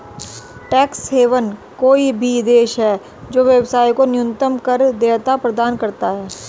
tax haven कोई भी देश है जो व्यवसाय को न्यूनतम कर देयता प्रदान करता है